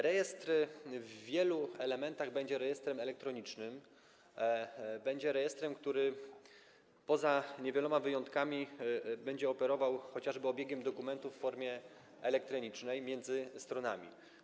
Rejestr w wielu elementach będzie rejestrem elektronicznym, będzie rejestrem, który poza niewieloma wyjątkami będzie operował chociażby obiegiem dokumentów w formie elektronicznej między stronami.